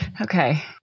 Okay